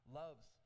loves